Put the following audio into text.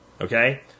Okay